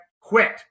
quit